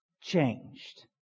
changed